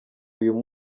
uyu